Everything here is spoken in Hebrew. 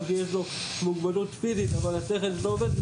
שיש לו מוגבלות פיזית אבל השכל שלו עובד,